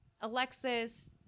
Alexis